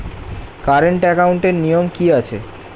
Current একাউন্টের নিয়ম কী আছে?